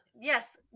Yes